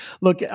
Look